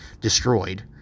destroyed